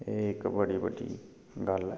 एह् इक बड़ी बड्डी गल्ल ऐ